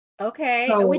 Okay